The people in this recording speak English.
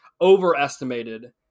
overestimated